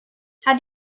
how